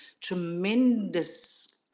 tremendous